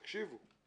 תקשיבו.